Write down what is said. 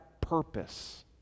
purpose